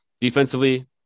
defensively